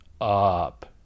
up